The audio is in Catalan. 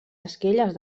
esquelles